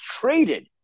traded